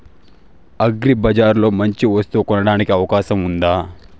అగ్రిబజార్ లో మంచి వస్తువు కొనడానికి అవకాశం వుందా?